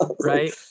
Right